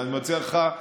ואני מציע לך,